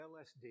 LSD